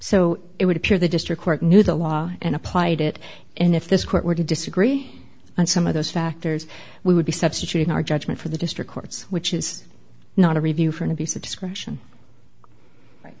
so it would appear the district work new the law and applied it and if this quick were to disagree and some of those factors we would be substituting our judgment for the district courts which is not a review for an abuse of discretion right